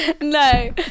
no